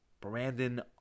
Brandon